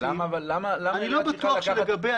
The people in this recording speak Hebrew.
אני לא בטוח שלגביה,